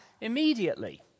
immediately